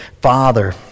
father